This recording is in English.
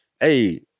hey